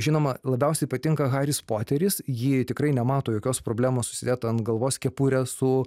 žinoma labiausiai patinka haris poteris ji tikrai nemato jokios problemos užsidėt ant galvos kepurę su